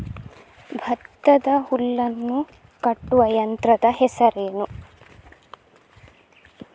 ಭತ್ತದ ಹುಲ್ಲನ್ನು ಕಟ್ಟುವ ಯಂತ್ರದ ಹೆಸರೇನು?